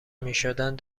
میشدند